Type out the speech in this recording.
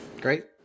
Great